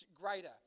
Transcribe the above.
greater